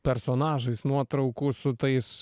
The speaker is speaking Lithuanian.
personažais nuotraukų su tais